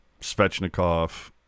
Svechnikov